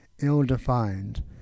ill-defined